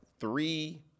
three